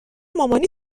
مامانی